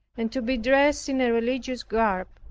and to be dressed in a religious garb.